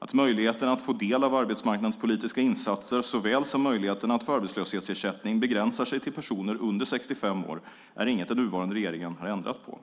Att möjligheten att få del av arbetsmarknadspolitiska insatser såväl som möjligheten att få arbetslöshetsersättning begränsar sig till personer under 65 år är inget den nuvarande regeringen har ändrat på.